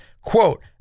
quote